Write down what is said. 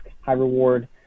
high-reward